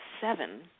seven